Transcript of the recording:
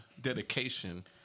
dedication